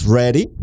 ready